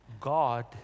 God